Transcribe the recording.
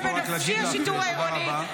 -- זה בנפשי, השיטור העירוני.